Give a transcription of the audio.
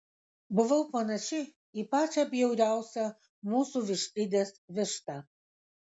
buvau panaši į pačią bjauriausią mūsų vištidės vištą